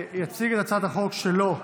יציג את הצעת החוק שלו,